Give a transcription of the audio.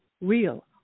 real